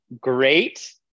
Great